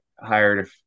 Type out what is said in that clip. hired